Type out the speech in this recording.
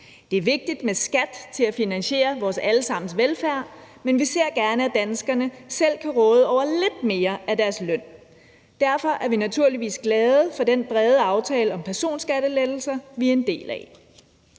Det er vigtigt med skat til at finansiere vores alle sammens velfærd, men vi ser gerne, at danskerne selv kan råde over lidt mere af deres løn. Derfor er vi naturligvis glade for den brede aftale om personskattelettelser, vi er en del af.